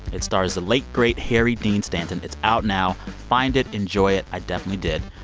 it stars the late, great harry dean stanton. it's out now. find it. enjoy it. i definitely did.